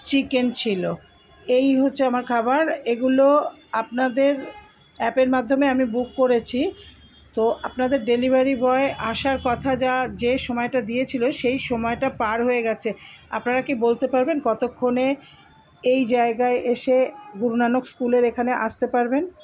chicken ছিলো এই হচ্ছে আমার খাবার এগুলো আপনাদের অ্যাপের মাধ্যমে আমি বুক করেছি তো আপনাদের ডেলিভারি বয় আসার কথা যা যে সময়টা দিয়েছিলো সেই সময়টা পার হয়ে গেছে আপনারা কি বলতে পারবেন কতোক্ষণে এই জায়গায় এসে গুরু নানক স্কুলের এখানে আসতে পারবেন